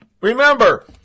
Remember